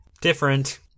different